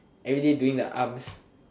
everyday doing the arms